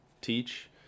teach